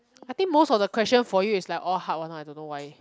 I think most of the questions for you is like all hard one I don't know why